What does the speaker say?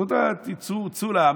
תצאו לעם,